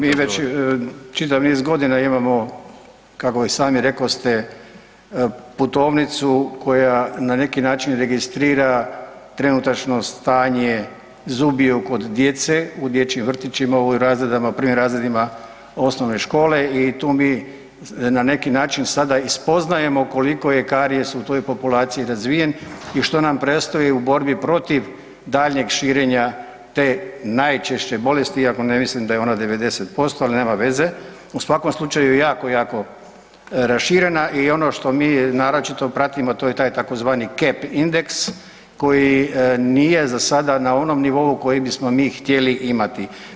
Mi već čitav niz godina imamo kako i sami rekoste, putovnicu koja na neki način registrira trenutačno stanje zubiju kod djece, u dječjim vrtićima, u razredima, u prvim razredima osnovne škole i tu mi na neki način sada i spoznajemo koliko je karijes u toj populaciji razvijen i što nam predstoji u borbi protiv daljnjeg širenja te najčešće bolesti iako ne mislim da je ona 90%, ali nema veze, u svakom slučaju je jako, jako raširena i ono što mi naročito pratimo a to je taj tzv. cap indeks koji nije za sada na onom nivou koji bismo mi htjeli imati.